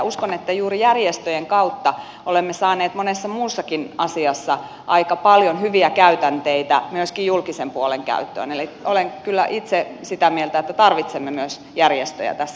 uskon että juuri järjestöjen kautta olemme saaneet monessa muussakin asiassa aika paljon hyviä käytänteitä myöskin julkisen puolen käyttöön eli olen kyllä itse sitä mieltä että tarvitsemme myös järjestöjä tässä yhteistyössä